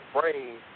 brain